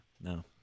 No